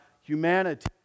humanity